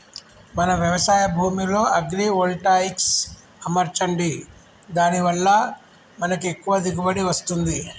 మన వ్యవసాయ భూమిలో అగ్రివోల్టాయిక్స్ అమర్చండి దాని వాళ్ళ మనకి ఎక్కువ దిగువబడి వస్తుంది